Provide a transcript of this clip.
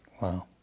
Wow